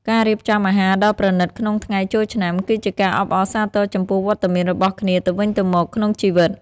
ការរៀបចំអាហារដ៏ប្រណីតក្នុងថ្ងៃចូលឆ្នាំ គឺជាការអបអរសាទរចំពោះវត្តមានរបស់គ្នាទៅវិញទៅមកក្នុងជីវិត។